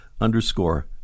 underscore